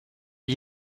jag